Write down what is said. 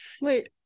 wait